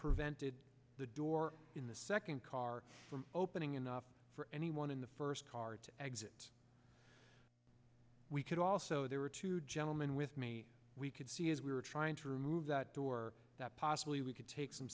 prevented the door in the second car from opening enough for anyone in the first car to exit we could also there were two gentlemen with me we could see as we were trying to remove that door that possibly we could take some